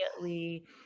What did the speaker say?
immediately